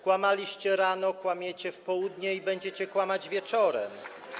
Kłamaliście rano, kłamiecie w południe i będziecie kłamać wieczorem.